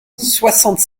soixante